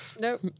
nope